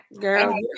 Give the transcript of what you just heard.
Girl